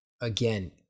again